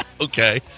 Okay